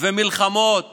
ומלחמות